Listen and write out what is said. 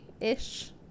Ish